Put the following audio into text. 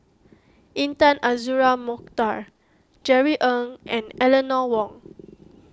Intan Azura Mokhtar Jerry Ng and Eleanor Wong